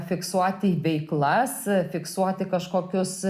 fiksuoti veiklas fiksuoti kažkokius